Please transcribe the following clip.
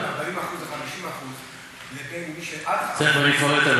40% ו-50% תכף אני אפרט,